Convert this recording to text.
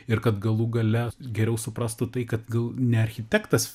ir kad galų gale geriau suprastų tai kad gal ne architektas